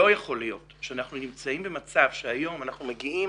לא יכול להיות שאנחנו נמצאים במצב שהיום אנחנו מגיעים